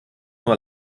nur